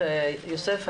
יוסף,